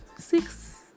six